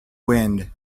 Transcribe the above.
wind